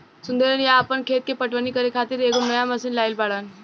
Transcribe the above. सुरेंदर चा आपन खेत के पटवनी करे खातिर एगो नया मशीन लाइल बाड़न